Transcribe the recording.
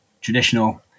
traditional